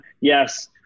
yes